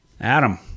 Adam